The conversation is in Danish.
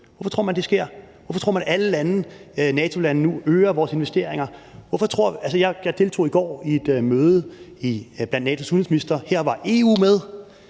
Hvorfor tror man det sker? Hvorfor tror man, at alle NATO-lande nu øger deres investeringer? Jeg deltog i går i et møde blandt NATO's udenrigsministre. Her var EU med,